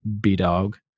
B-Dog